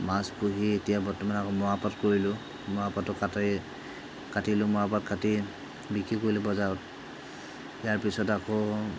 মাছ পোহি এতিয়া বৰ্তমান আকৌ মৰাপাট কৰিলোঁ মৰাপাটো কাটি কাটিলোঁ মৰাপাট কাটি বিক্ৰী কৰিলোঁ বজাৰত ইয়াৰ পিছত আকৌ